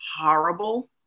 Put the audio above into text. horrible